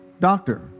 doctor